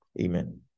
Amen